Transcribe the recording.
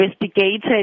investigated